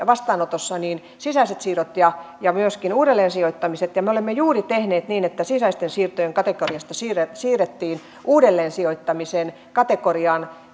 vastaanotossa sisäiset siirrot ja ja myöskin uudelleensijoittamiset ja me olemme juuri tehneet niin että sisäisten siirtojen kategoriasta siirrettiin siirrettiin uudelleensijoittamisen kategoriaan